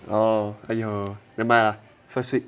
oh !aiyo! nevermind lah first week